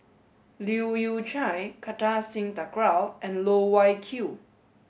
Leu Yew Chye Kartar Singh Thakral and Loh Wai Kiew